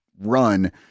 run